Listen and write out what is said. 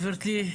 גברתי,